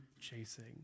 chasing